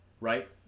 right